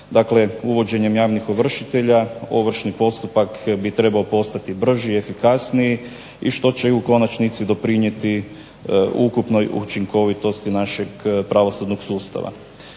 uvođenjem javnih ovršitelja ovršni postupak bi trebao postati brži i efikasniji i što će u konačnici doprinijeti ukupnoj učinkovitosti našeg pravosudnog sustava.